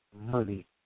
money